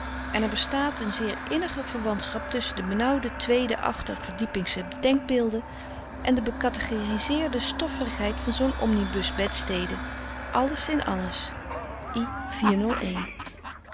en er bestaat n zeer innige verwantschap tusschen de benauwde tweede achter verdiepingsche denkbeelden en de bekatechiseerde stofferigheid van zoo'n omnibus bedstede alles is in alles